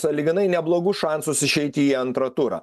sąlyginai neblogus šansus išeiti į antrą turą